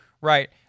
Right